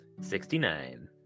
Sixty-nine